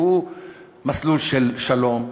שהוא מסלול של שלום,